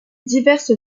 diverses